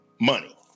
money